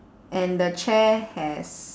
and the chair has